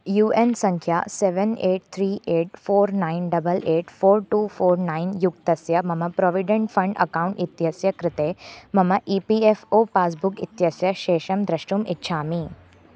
you N सङ्ख्या seven eight three eight four nine double eight four two four nine युक्तस्य मम provident fund account इत्यस्य कृते मम E P F O passbook इत्यस्य शेषं द्रष्टुम् इच्छामि